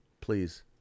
please